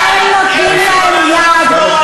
אתם נותנים להם יד.